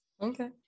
Okay